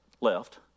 left